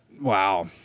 wow